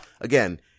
again